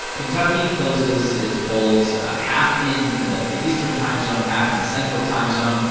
kentucky closes its polls half in the eastern time zone, half in the central time zone.